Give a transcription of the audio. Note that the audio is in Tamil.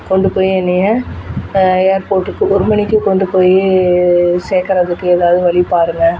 கொண்டுப்போய் என்னை ஏர்போர்ட்டுக்கு ஒரு மணிக்கு கொண்டுப் போய் சேர்க்கறதுக்கு ஏதாவது வழி பாருங்கள்